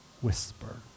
whisper